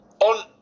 on